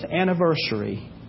anniversary